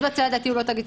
כן.